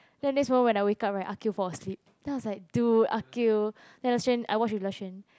then next when I was wake up right Akeel fall asleep then I was like dude Akeel then I watch with Le-Chuan